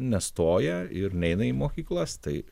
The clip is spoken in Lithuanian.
nestoja ir neina į mokyklas tai